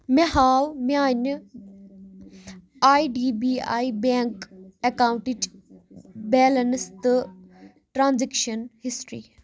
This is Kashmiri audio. مےٚ ہاو میٛانہِ I D B I bank اٮ۪کاونٹٕچ بیلنس تہٕ ٹرانزیکشن ہسٹری